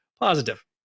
positive